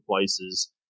places